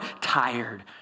tired